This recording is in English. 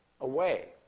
away